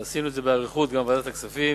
עשינו את זה באריכות גם בוועדת הכספים.